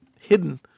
hidden